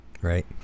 Right